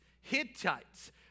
Hittites